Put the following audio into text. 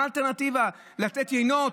מה האלטרנטיבה, לתת יינות?